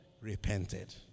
repented